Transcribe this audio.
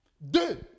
Deux